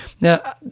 Now